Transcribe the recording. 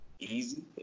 easy